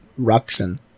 Ruxin